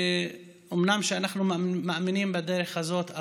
אומנם אנחנו מאמינים בדרך הזאת,